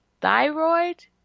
thyroid